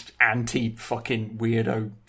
anti-fucking-weirdo